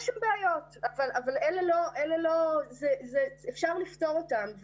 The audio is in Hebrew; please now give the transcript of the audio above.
יש שם בעיות, אבל אפשר לפתור אותן.